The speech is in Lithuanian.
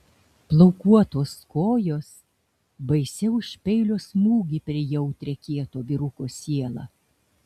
plaukuotos kojos baisiau už peilio smūgį per jautrią kieto vyruko sielą